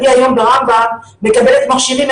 אני היום ברמב"ם מקבלת מכשירים,